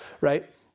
right